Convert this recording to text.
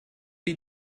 wie